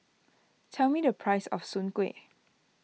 tell me the price of Soon Kuih